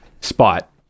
spot